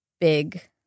big